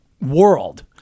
world